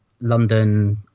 london